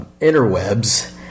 interwebs